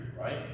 right